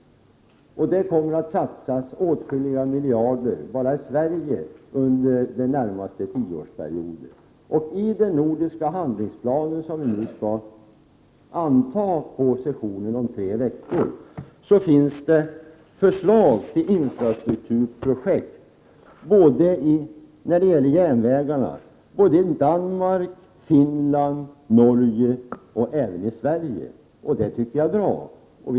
Det kommer att satsas åtskilliga miljarder bara i Sverige under den närmaste tioårsperioden. I den nordiska handlingsplan som Nordiska rådet skall anta under sessionen om tre veckor finns det förslag till infrastrukturprojekt när det gäller järnvägarna i Danmark, Finland, Norge och även i Sverige. Det tycker jag är bra.